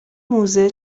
موزه